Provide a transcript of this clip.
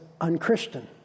unchristian